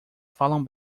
falam